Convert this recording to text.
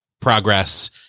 progress